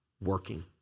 working